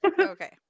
Okay